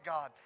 God